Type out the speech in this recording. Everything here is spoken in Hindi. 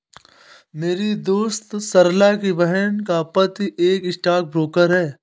मेरी दोस्त सरला की बहन का पति एक स्टॉक ब्रोकर है